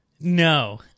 No